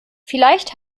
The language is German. vielleicht